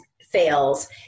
fails